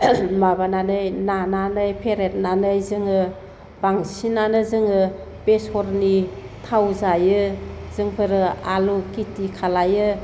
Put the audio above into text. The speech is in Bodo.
माबानानै नानानै फेरेदनानै जोङो बांसिनानो जोङो बेसरनि थाव जायो जोंफोरो आलु खिथि खालामो